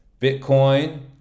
Bitcoin